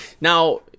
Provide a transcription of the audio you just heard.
Now